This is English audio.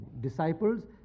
disciples